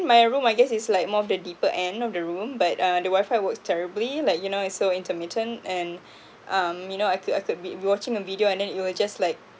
my room I guess is like more of the deeper end of the room but uh the wifi works terribly like you know it's so intermittent and um you know I could I could be watching a video and then it will just like